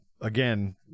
again